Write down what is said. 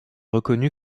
reconnue